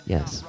Yes